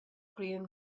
green